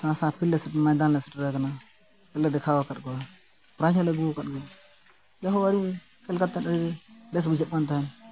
ᱥᱮᱬᱟ ᱥᱮᱬᱟ ᱯᱷᱤᱞᱰ ᱢᱚᱭᱫᱟᱱ ᱞᱮ ᱥᱮᱴᱮᱨ ᱟᱠᱟᱱᱟ ᱠᱷᱮᱞ ᱞᱮ ᱫᱮᱠᱷᱟᱣ ᱟᱠᱟᱫ ᱠᱚᱣᱟ ᱯᱨᱟᱭᱤᱡᱽ ᱦᱚᱸᱞᱮ ᱟᱹᱜᱩᱣ ᱟᱠᱟᱫ ᱜᱮᱭᱟ ᱡᱮᱦᱮᱛᱩ ᱟᱹᱰᱤ ᱠᱷᱮᱞ ᱠᱟᱛᱮᱫ ᱟᱹᱰᱤ ᱵᱮᱥ ᱵᱩᱡᱷᱟᱹᱜ ᱠᱟᱱ ᱛᱟᱦᱮᱸᱫ